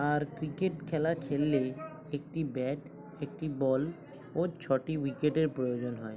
আর cricket খেলা খেললে একটি ব্যাট একটি বল ও ছটি উইকেটের প্রয়োজন হয়